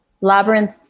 Labyrinth